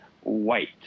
white